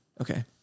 Okay